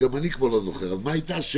השנייה?